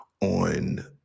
on